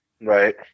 Right